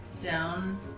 down